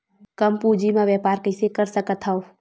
कम पूंजी म व्यापार कइसे कर सकत हव?